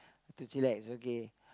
chillax okay